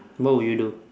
what would you do